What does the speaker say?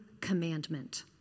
commandment